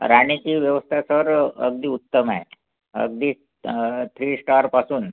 राहण्याची व्यवस्था तर अगदी उत्तम आहे अगदी थ्री स्टारपासून